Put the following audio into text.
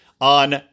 on